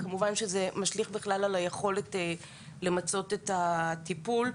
וכמובן שזה משליך על היכולת למצות את הטיפול.